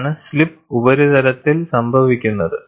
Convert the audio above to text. ഇതാണ് സ്ലിപ്പ് ഉപരിതലത്തിൽ സംഭവിക്കുന്നത്